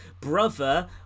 brother